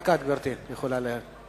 רק את, גברתי, יכולה להשיב.